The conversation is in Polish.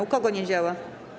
U kogo nie działa?